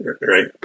Right